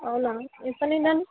అవునా ఎప్పటి నుంచి అండి